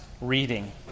reading